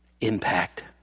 impact